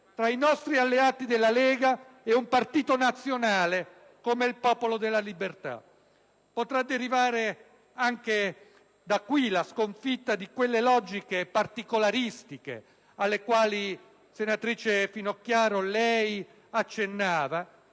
tra i nostri alleati della Lega e un partito nazionale come il Popolo della Libertà. Potrà derivare anche da qui la sconfitta di quelle logiche particolaristiche - alle quali, senatrice Finocchiaro, lei accennava